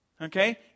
Okay